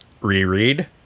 reread